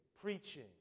preaching